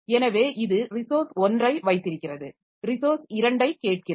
எனவே இது ரிசோர்ஸ் 1 ஐ வைத்திருக்கிறது ரிசோர்ஸ் 2 ஐக் கேட்கிறது